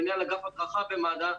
מנהל אגף הדרכה במד"א,